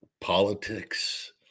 politics